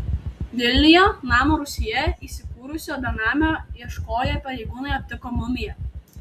vilniuje namo rūsyje įsikūrusio benamio ieškoję pareigūnai aptiko mumiją